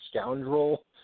scoundrel